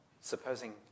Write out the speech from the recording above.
Supposing